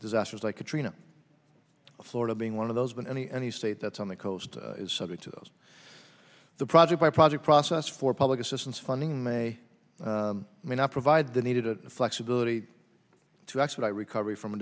disasters like katrina florida being one of those been any any state that's on the coast is subject to those the project by project process for public assistance funding may or may not provide the needed it the flexibility to actually recovery from a